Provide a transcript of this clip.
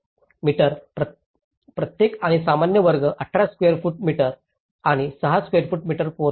metre प्रत्येक आणि सामान्य वर्ग 18 स्वेअर मीटर आणि 6 स्वेअर मीटरचा पोर्च